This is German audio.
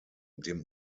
dem